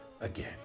again